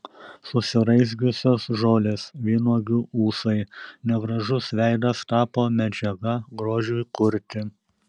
susiraizgiusios žolės vynuogių ūsai negražus veidas tapo medžiaga grožiui kurti